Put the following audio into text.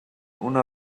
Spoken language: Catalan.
una